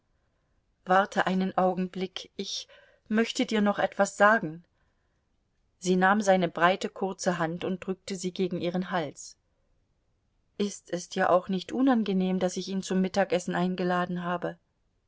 warte einen augenblick ich möchte dir noch etwas sagen sie nahm seine breite kurze hand und drückte sie gegen ihren hals ist es dir auch nicht unangenehm daß ich ihn zum mittagessen eingeladen habe